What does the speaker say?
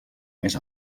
més